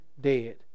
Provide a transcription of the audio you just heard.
dead